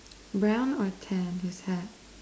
brown or tan his hat